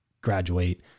graduate